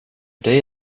dig